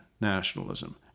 nationalism